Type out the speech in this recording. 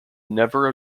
never